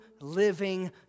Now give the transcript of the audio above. living